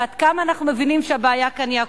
ועד כמה אנחנו מבינים שהבעיה כאן היא אקוטית.